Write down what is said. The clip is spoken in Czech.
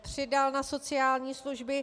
Přidal na sociální služby.